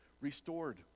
restored